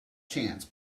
chance